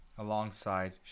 alongside